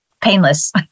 painless